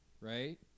right